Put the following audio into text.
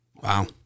Wow